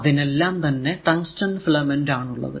അതിനെല്ലാം തന്നെ tungsten filament ആണുള്ളത്